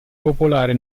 popolare